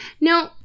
No